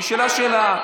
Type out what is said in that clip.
נשאלה שאלה,